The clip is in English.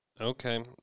okay